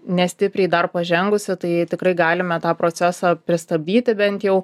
nestipriai dar pažengusi tai ją tikrai galime tą procesą pristabdyti bent jau